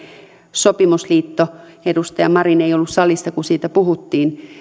sopimusliitto edustaja marin ei ollut silloin salissa kun siitä puhuttiin